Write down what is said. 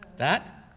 that?